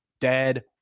dead